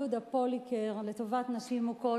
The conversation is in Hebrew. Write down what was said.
יהודה פוליקר לטובת נשים מוכות.